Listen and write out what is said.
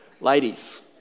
Ladies